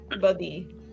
buddy